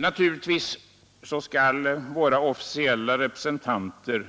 Naturligtvis skall våra oficiella representanter